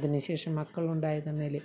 അതിനുശേഷം മക്കളുണ്ടായിരുന്നതിൽ